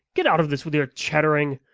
get out of this with your chattering.